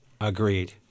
Agreed